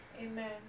Amen